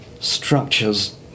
structures